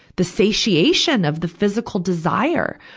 the satiation of the physical desire,